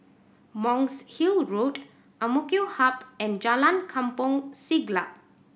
Monk's Hill Road Ang Mo Kio Hub and Jalan Kampong Siglap